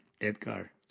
Edgar